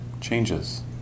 changes